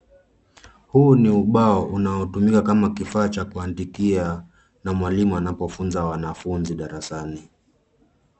Huu ni ubao unaotumiwa kama kifaa cha kuandikia na mwalimu anapofunza wanafunzi darasani.